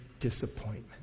disappointment